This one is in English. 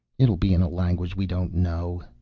it will be in a language we don't know,